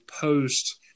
post